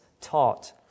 taught